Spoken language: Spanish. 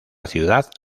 ciudad